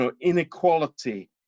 inequality